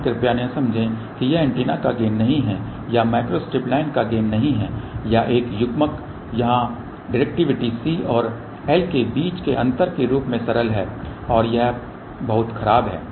यहाँ कृपया यह न समझें कि यह ऐन्टेना का गेन नहीं है या माइक्रोस्ट्रिप लाइन का गेन नहीं है या एक युग्मक यहाँ डिरेक्टिविटि C और I के बीच अंतर के रूप में सरल है और यह बहुत खराब है